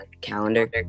calendar